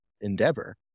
endeavor